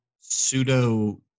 pseudo